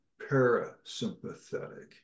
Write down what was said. parasympathetic